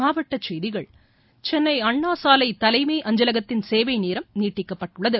மாவட்டச் செப்திகள் சென்னை அண்ணாசாலை தலைமை அஞ்சலகத்தின் சேவை நேரம் நீட்டிக்கப்பட்டுள்ளது